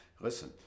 Listen